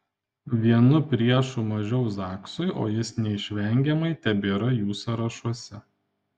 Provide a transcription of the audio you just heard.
vienu priešu mažiau zaksui o jis neišvengiamai tebėra jų sąrašuose